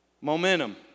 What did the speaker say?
momentum